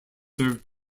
served